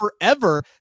forever